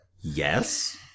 Yes